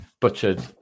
butchered